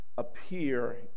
Appear